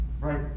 Right